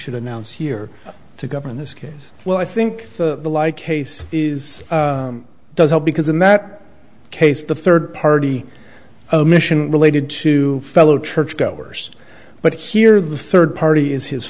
should announce here to govern this case well i think the like case is does help because in that case the third party mission related to fellow churchgoers but here the third party is his